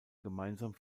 gemeinsam